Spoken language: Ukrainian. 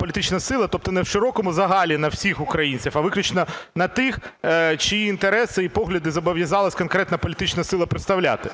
політична сила, тобто не в широкому загалі на всіх українців, а виключно на тих, чиї інтереси і погляди зобов'язалась конкретна політична сила представляти